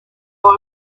that